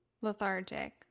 lethargic